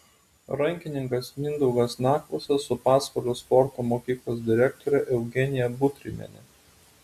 rankininkas mindaugas nakvosas su pasvalio sporto mokyklos direktore eugenija butrimiene